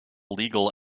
legal